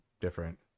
different